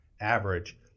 average